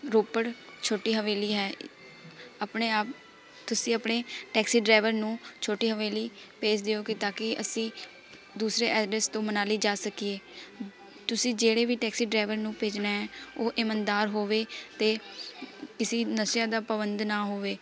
ਰੋਪੜ ਛੋਟੀ ਹਵੇਲੀ ਹੈ ਆਪਣੇ ਆਪ ਤੁਸੀਂ ਆਪਣੇ ਟੈਕਸੀ ਡਰਾਈਵਰ ਨੂੰ ਛੋਟੀ ਹਵੇਲੀ ਭੇਜ ਦਿਓ ਕਿ ਤਾਂ ਕਿ ਅਸੀਂ ਦੂਸਰੇ ਐਡਰੈੱਸ ਤੋਂ ਮਨਾਲੀ ਜਾ ਸਕੀਏ ਤੁਸੀਂ ਜਿਹੜੇ ਵੀ ਟੈਕਸੀ ਡਰਾਈਵਰ ਨੂੰ ਭੇਜ਼ਣਾ ਹੈ ਉਹ ਇਮਾਨਦਾਰ ਹੋਵੇ ਅਤੇ ਕਿਸੀ ਨਸ਼ੇਆਂ ਦਾ ਪਾਬੰਦ ਨਾ ਹੋਵੇ